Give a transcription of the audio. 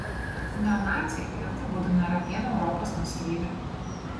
neonaciai jokiu būdu nėra vien europos nuosavybė